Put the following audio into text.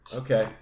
Okay